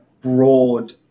broad